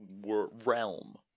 realm